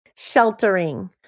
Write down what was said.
Sheltering